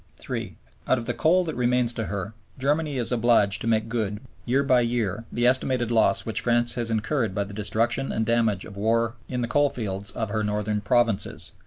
out of the coal that remains to her, germany is obliged to make good year by year the estimated loss which france has incurred by the destruction and damage of war in the coalfields of her northern provinces.